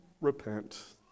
repent